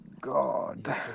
god